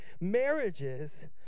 Marriages